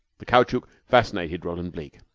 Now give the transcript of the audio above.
the caoutchouc fascinated roland bleke.